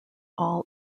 all